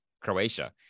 Croatia